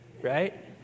right